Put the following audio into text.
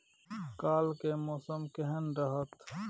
काल के मौसम केहन रहत?